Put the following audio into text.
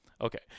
Okay